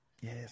yes